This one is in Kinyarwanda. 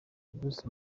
bruce